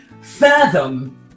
fathom